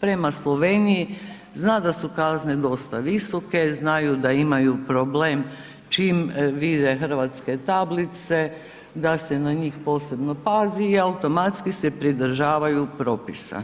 prema Sloveniji zna da su kazne dosta visoke, znaju da imaju problem čim vide Hrvatske tablice da se na njih posebno pazi i automatski se pridržavaju propisa.